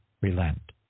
relent